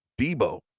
Debo